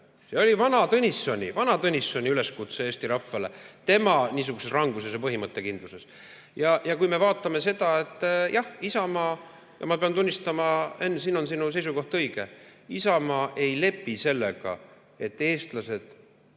See oli Tõnissoni üleskutse Eesti rahvale tema niisuguses ranguses ja põhimõttekindluses. Kui me vaatame seda, siis jah, ma pean tunnistama, Henn, et siin on sinu seisukoht õige: Isamaa ei lepi sellega, et eestlased